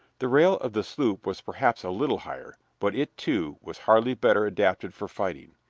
the rail of the sloop was perhaps a little higher, but it, too, was hardly better adapted for fighting.